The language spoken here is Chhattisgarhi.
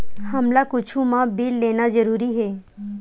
हमला कुछु मा बिल लेना जरूरी हे?